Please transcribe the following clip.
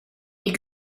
die